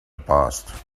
past